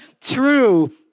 true